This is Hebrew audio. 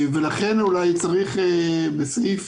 לכן אולי צריך בתקנת